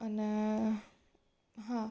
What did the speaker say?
અને હા